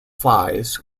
flies